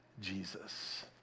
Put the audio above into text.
Jesus